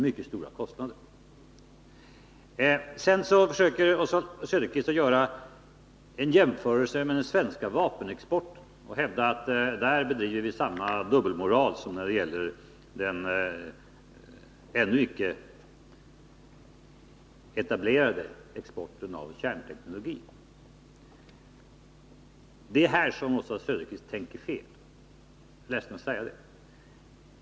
Oswald Söderqvist försöker göra en jämförelse med den svenska vapenexporten och hävdar att vi där har samma dubbelmoral som när det gäller den ännu icke etablerade exporten av kärnteknologi. Det är här som Oswald Söderqvist tänker fel. Jag är ledsen att säga det.